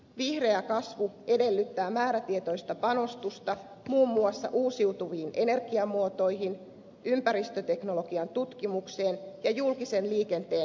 vihreä kasvu edellyttää määrätietoista panostusta muun muassa uusiutuviin energiamuotoihin ympäristöteknologian tutkimukseen ja julkisen liikenteen parantamiseen